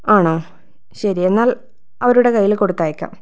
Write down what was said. ആണോ ശരി എന്നാൽ അവരുടെ കയ്യിൽ കൊടുത്തയക്കാം